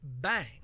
bang